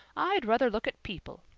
i'd ruther look at people.